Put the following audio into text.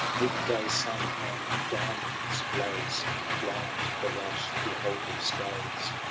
mid-day sun and diamond s blaze blind the rash beholder's gaze